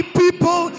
people